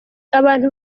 abantu